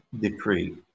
decree